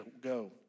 go